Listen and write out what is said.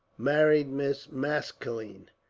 married miss maskelyne.